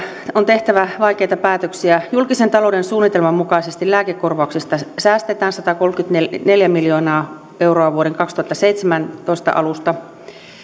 on tehtävä vaikeita päätöksiä julkisen talouden suunnitelman mukaisesti lääkekorvauksista säästetään satakolmekymmentäneljä miljoonaa euroa vuoden kaksituhattaseitsemäntoista alusta ja valtionosuus